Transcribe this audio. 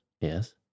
Yes